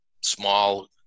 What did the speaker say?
small